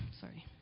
sorry